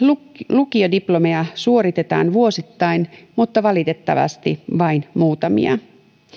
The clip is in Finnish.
lukiodiplomeja suoritetaan vuosittain mutta valitettavasti vain muutamia